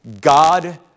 God